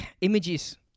images